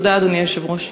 תודה, אדוני היושב-ראש.